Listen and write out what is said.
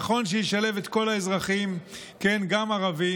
נכון שישלב את כל האזרחים, כן, גם ערבים.